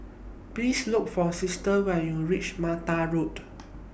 Please Look For Sister when YOU REACH Mata Road